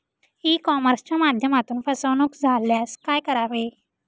E कॉमर्सच्या माध्यमातून फसवणूक झाल्यास काय करावे?